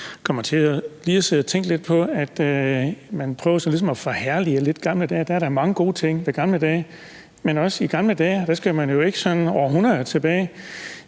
prøver at forherlige gamle dage. Der er da mange gode ting ved gamle dage, men vi skal jo ikke sådan århundreder tilbage